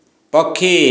ପକ୍ଷୀ